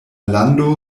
lando